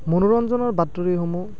মনোৰঞ্জনৰ বাতৰিসমূহ